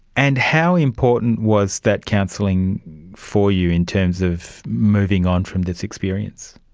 and how important was that counselling for you in terms of moving on from this experience?